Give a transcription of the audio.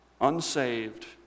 unsaved